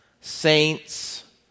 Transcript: saints